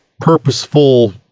purposeful